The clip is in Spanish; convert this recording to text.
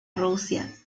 rusia